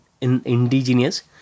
indigenous